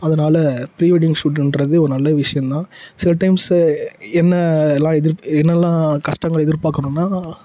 அதனால் pre wedding ஷூட்டுன்றது ஒரு நல்ல விஷயம் தான் சில டைம்ஸு என்னலாம் எதிர் என்னலாம் கஷ்டங்கள் எதிர்பார்க்கணுன்னா